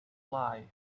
lie